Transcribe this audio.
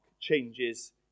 changes